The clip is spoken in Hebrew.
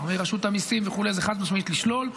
ורשות המיסים וכו' היא חד-משמעית לשלול.